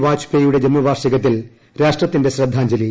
വാജ്പേയുടെ ജന്മവാർഷികത്തിൽ രാഷ്ട്രത്തിന്റെ ശ്രദ്ധാജ്ഞലി